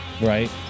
Right